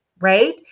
right